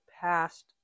past